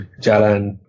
jalan